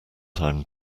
time